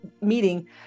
meeting